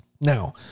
Now